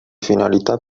finalità